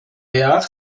yacht